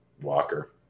Walker